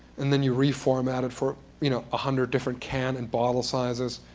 and then your reformat it for you know a hundred different can and bottle sizes,